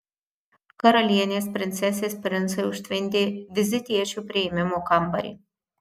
karalienės princesės princai užtvindė vizitiečių priėmimo kambarį